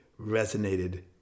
resonated